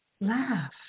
Laugh